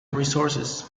resources